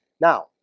Now